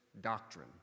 doctrine